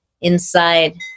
inside